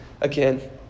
again